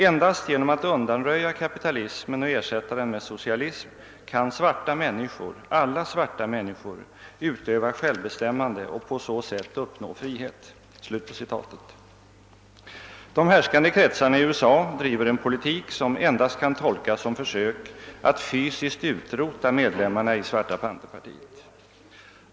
»Endast genom att undanröja kapitalismen och ersätta den med socialism kan svar ta människor, alla svarta människor, utöva självbestämmande och på så sätt uppnå frihet.» De härskande kretsarna i USA driver en politik som endast kan tolkas som försök att fysiskt utrota medlemmarna i Black Panthers.